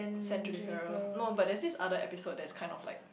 send Judy-Farrell no but there's this other episode that's kind of like